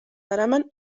daraman